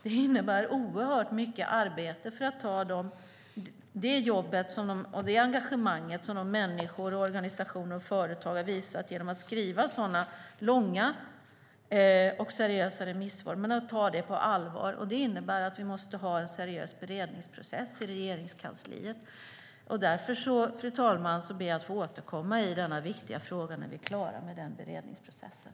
Det innebär oerhört mycket arbete att ta det jobb och det engagemang på allvar som människor, organisationer och företag har visat genom att skriva sådana långa och seriösa remissvar. Det innebär att vi måste ha en seriös beredningsprocess i Regeringskansliet. Därför, fru talman, ber jag att få återkomma i denna viktiga fråga när vi är klara med den beredningsprocessen.